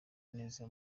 neza